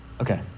Okay